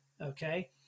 Okay